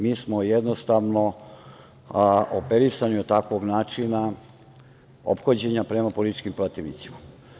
Mi smo operisani od takvog načina ophođenja prema političkim protivnicima.